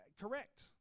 Correct